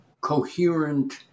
coherent